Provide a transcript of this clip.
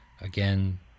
Again